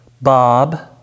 Bob